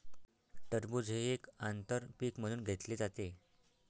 टरबूज हे एक आंतर पीक म्हणून घेतले जाते